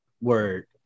Word